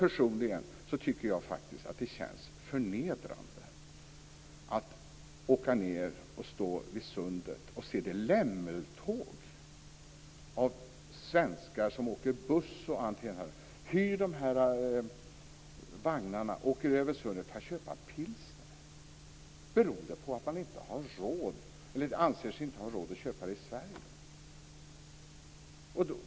Personligen tycker jag faktiskt att det känns förnedrande att stå vid sundet och se det lämmeltåg av svenskar som åker buss, hyr vagnar och åker över sundet för att köpa pilsner, beroende på att man inte anser sig ha råd att köpa det i Sverige.